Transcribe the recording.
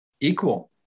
equal